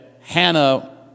Hannah